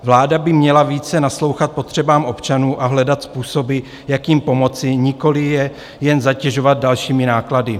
Vláda by měla více naslouchat potřebám občanů a hledat způsoby, jak jim pomoci, nikoliv je jen zatěžovat dalšími náklady.